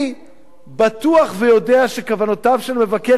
אני בטוח ויודע שכוונותיו של המבקר,